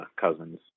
Cousins